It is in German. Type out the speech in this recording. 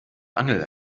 angel